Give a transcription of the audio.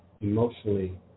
emotionally